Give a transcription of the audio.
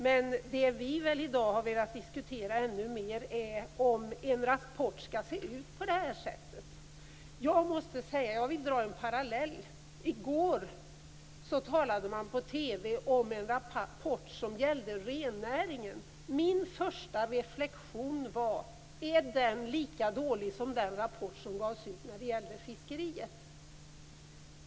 Men det vi i dag har velat diskutera ännu mer är om en rapport skall se ut på det här sättet. Jag vill dra en parallell. I går talade man på TV om en rapport som gällde rennäringen. Min första reflexion var: Är den lika dålig som den rapport som gavs ut om fiskeriet?